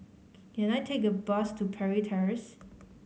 can I take a bus to Parry Terrace